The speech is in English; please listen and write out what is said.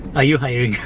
are you hiring